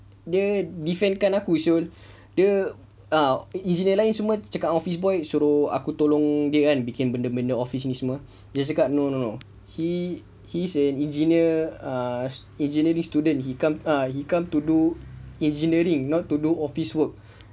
dia defendkan aku [siol] dia ah engineer lain semua cakap dengan office boy suruh aku tolong dia kan bikin benda-benda office ini semua dia cakap no no no he is an engineering student he come to do engineering not to do office work